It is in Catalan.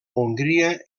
hongria